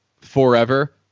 Forever